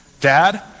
Dad